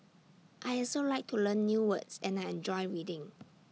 I also like to learn new words and I enjoy reading